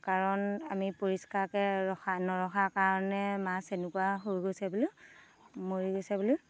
কাৰণ আমি পৰিষ্কাৰকে ৰখা নৰখা কাৰণে মাছ এনেকুৱা হৈ গৈছে বুলি মৰি গৈছে বুলি